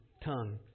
tongue